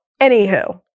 Anywho